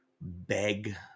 beg